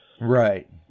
Right